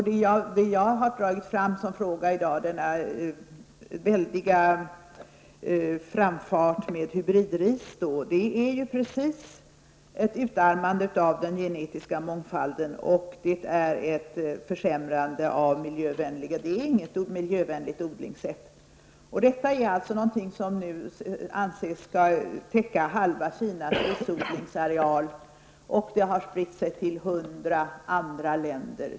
Det jag har dragit fram som fråga i dag, denna väldiga framfart med hybridris, är precis ett utarmande av den genetiska månfalden. Det är inte ett miljövänligt odlingssätt. Detta är alltså någonting som nu anses skall täcka halva Kinas risodlingsareal. Det har spritt sig till hundra andra länder.